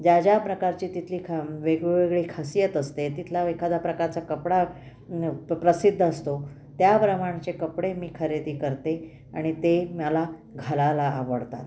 ज्या ज्या प्रकारची तिथली ख वेगवेगळी खासियत असते तिथला एखादा प्रकारचा कपडा प्रसिद्ध असतो त्या प्रमाणचे कपडे मी खरेदी करते आणि ते मला घालायला आवडतात